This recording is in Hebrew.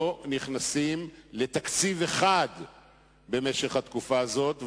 לא נכנסים לתקציב אחד במשך התקופה הזאת,